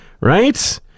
Right